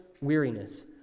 weariness